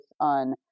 on